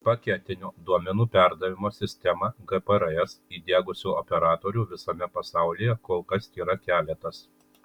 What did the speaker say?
paketinio duomenų perdavimo sistemą gprs įdiegusių operatorių visame pasaulyje kol kas tėra keletas